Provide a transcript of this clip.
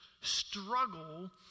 struggle